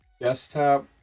desktop